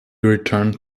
returned